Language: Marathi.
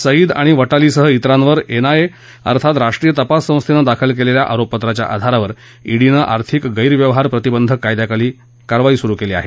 सईद आणि वशेलीसह इतरांवर एन आय ए अर्थात राष्ट्रीय तपास संस्थेनं दाखल केलेल्या आरोपपत्राच्या आधारावर ईडीनं आर्थिक गैरव्यहार प्रतिबंधक कायद्याखाली कारवाई सुरू केली आहे